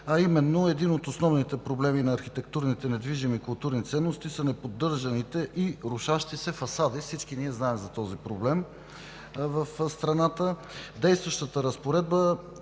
а именно един от основните проблеми на архитектурните недвижими културни ценности са неподдържаните и рушащи се фасади. Всички ние знаем за този проблем в страната. Действащата разпоредба